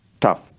tough